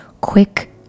quick